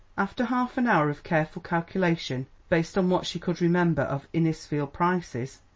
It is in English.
after half an hour of careful calculation, based on what she could remember of innisfield prices,